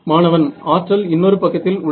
மாணவன் ஆற்றல் இன்னொரு பக்கத்தில் உள்ளது